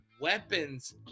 weapons